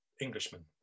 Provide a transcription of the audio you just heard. Englishman